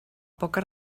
poca